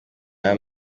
aya